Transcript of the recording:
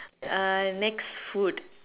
uh next food